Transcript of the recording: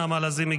נעמה לזימי,